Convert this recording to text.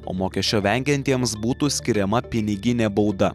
o mokesčio vengiantiems būtų skiriama piniginė bauda